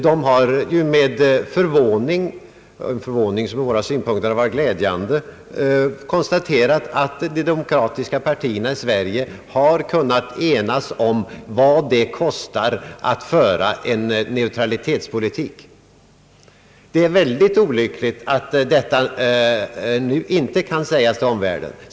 Den har ju med en ur våra synpunkter glädjande förvåning konstaterat att de demokratiska partierna i Sverige har kunnat enas om vad det kostar att föra en neutralitetspolitik. Det är synnerligen olyckligt att detta nu inte kan sägas till omvärlden.